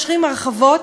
מאשרים הרחבות,